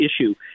issue